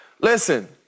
Listen